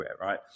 right